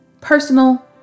personal